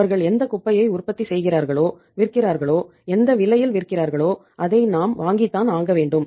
அவர்கள் எந்த குப்பையை உற்பத்தி செய்கிறார்களோ விற்கிறார்களோ எந்த விலையில் விற்கிறார்களோ அதை நாம் வாங்கித்தான் ஆக வேண்டும்